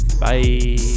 Bye